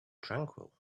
tranquil